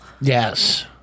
Yes